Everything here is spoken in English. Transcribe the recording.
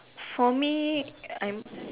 for me I am like